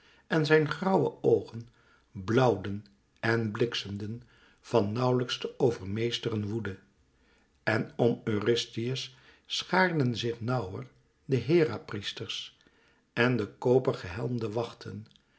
en zijn grauwe oogen blauwden en bliksemden van nauwlijks te overmeesteren woede en om eurystheus schaarden zich nauwer de herapriesters en de koper gehelmde wachten